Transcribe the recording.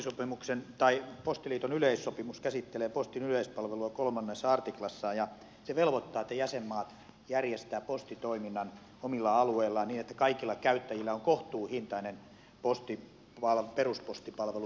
tämä maailman postiliiton yleissopimus käsittelee postin yleispalvelua kolmannessa artiklassaan ja se velvoittaa että jäsenmaat järjestävät postin toiminnan omilla alueillaan niin että kaikilla käyttäjillä on kohtuuhintainen peruspostipalvelu käytettävissään